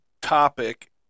topic